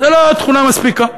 זאת לא תכונה מספיקה.